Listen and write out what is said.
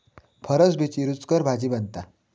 फरसबीची रूचकर भाजी बनता